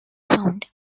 found